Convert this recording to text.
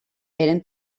eren